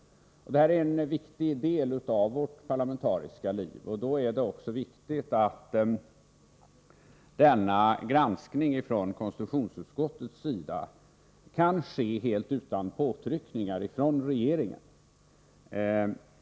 Detta är en viktig del av vårt parlamentariska liv. Då är det också viktigt att denna granskning från konstitutionsutskottets sida kan ske helt utan påtryckningar från regeringen.